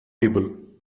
people